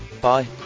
Bye